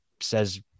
says